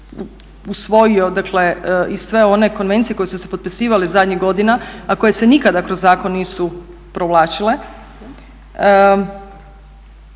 usvojio dakle i sve one konvencije koje su se potpisivale zadnjih godina a koje se nikada kroz zakon nisu provlačile,